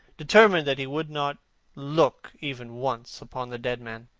determined that he would not look even once upon the dead man.